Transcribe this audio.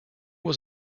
was